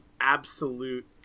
absolute